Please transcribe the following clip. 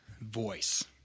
voice